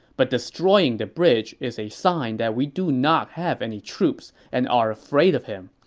but destroying the bridge is a sign that we do not have any troops and are afraid of him,